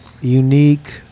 unique